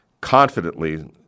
confidently